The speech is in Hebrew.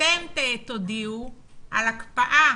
אתם תודיעו על הקפאה